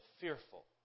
fearful